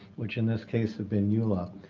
which in this case have been eula.